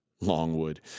Longwood